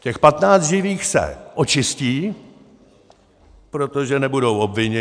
Těch patnáct živých se očistí, protože nebudou obviněni.